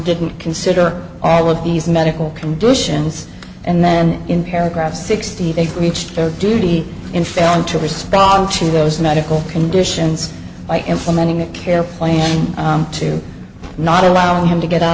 didn't consider all of these medical conditions and then in paragraph sixty they reached their duty in failing to respond to those medical conditions by implementing that care playing to not allowing him to get out